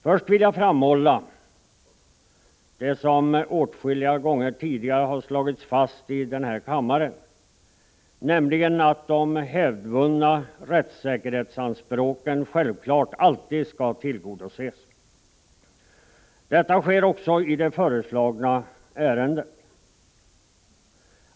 Låt mig framhålla det som åtskilliga gånger tidigare har slagits fast i denna kammare, nämligen att de hävdvunna rättssäkerhetsanspråken självklart alltid skall tillgodoses. Detta sker också i det förevarande ärendet.